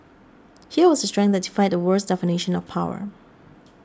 here was the strength that defied the world's definition of power